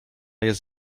jest